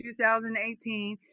2018